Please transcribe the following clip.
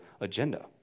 agenda